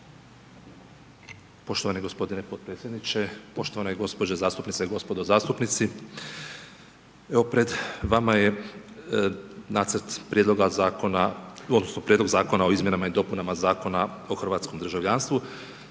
Poštovani g. potpredsjedniče, poštovane gospođe zastupnice, gospodo zastupnici. Pred vama je nacrt Prijedloga zakona, odnosno, Prijedlog Zakona o izmjenama i dopunama Zakona o hrvatskom državljanstvu.